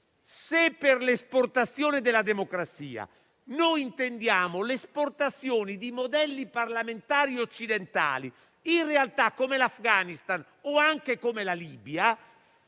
se per esportazione della democrazia intendiamo l'esportazione di modelli parlamentari occidentali, in realtà come l'Afghanistan o anche come la Libia,